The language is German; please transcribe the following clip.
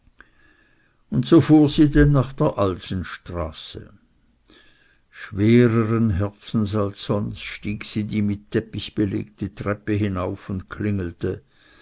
und so fuhr sie denn nach der alsenstraße schwereren herzens als sonst stieg sie die mit teppich belegte treppe hinauf und klingelte